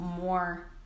more